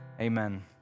amen